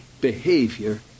behavior